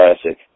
Classic